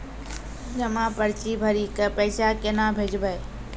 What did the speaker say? जमा पर्ची भरी के पैसा केना भेजबे?